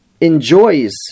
enjoys